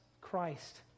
Christ